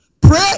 Pray